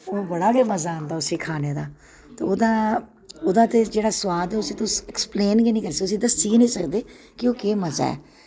ओह् बड़ा गै मजा आंदा उस्सी खाने दा ओह्दा ते जेह्ड़ा सोआद ऐ उस्सी तुस अक्सपलेन गै निं करी सकदे दस्सी गै निं सकदे केह् ओह् केह् मजा ऐ